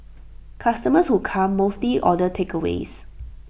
customers who come mostly order takeaways